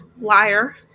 Liar